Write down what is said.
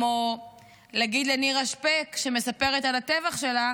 כמו להגיד לנירה שפק שמספרת על הטבח שלה: